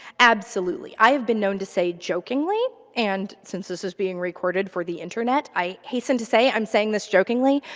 absolutely. i have been known to say jokingly, and since this is being recorded for the internet, i hasten to say i'm saying this jokingly,